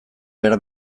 behar